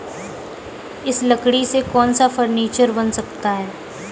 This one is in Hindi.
इस लकड़ी से कौन सा फर्नीचर बन सकता है?